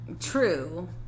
True